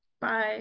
Bye